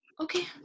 okay